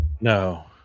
No